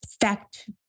fact